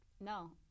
no